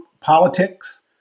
politics